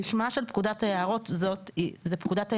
כשמה של פקודת היערות זה פקודת היערות,